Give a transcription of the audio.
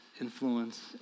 influence